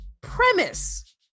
premise